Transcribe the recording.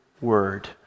word